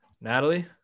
Natalie